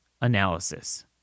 analysis